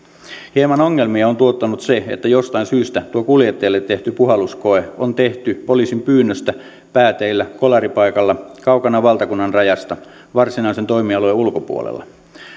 hieman ongelmia on tuottanut se että jostain syystä tuo kuljettajalle tehty puhalluskoe on tehty poliisin pyynnöstä pääteillä kolaripaikalla kaukana valtakunnan rajasta varsinaisen toimialueen ulkopuolella